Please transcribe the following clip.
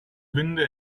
winde